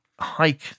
hike